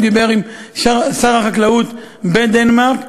הוא דיבר עם שר החקלאות של דנמרק,